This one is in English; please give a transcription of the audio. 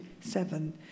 seven